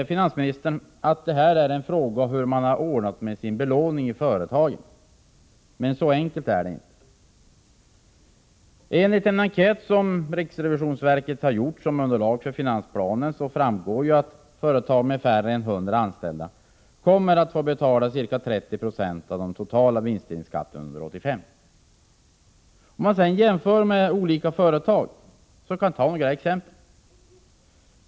Finansministern menar att det är en fråga om hur företagen har ordnat det med sin belåning, men så enkelt är det inte. Enligt en enkät som riksrevisionsverket har gjort som underlag för finansplanen framgår det att företag med färre än 100 anställda kommer att få betala ca 30 26 av den totala vinstdelningsskatten under 1985. Vi kan jämföra förhållandena i olika företag, och jag skall ta några exempel.